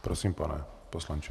Prosím, pane poslanče.